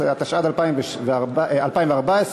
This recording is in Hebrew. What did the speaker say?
התשע"ד 2014,